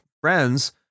friends